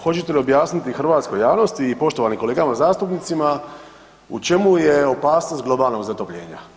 Hoćete li objasniti hrvatskoj javnosti i poštovanim kolegama zastupnicima u čemu je opasnost globalnog zatopljenja?